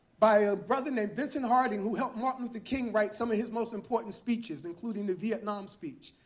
by a brother named vincent harding, who helped martin luther king write some of his most important speeches, including the vietnam speech.